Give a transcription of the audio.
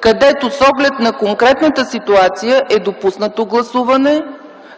където с оглед на конкретната ситуация е допуснато гласуване,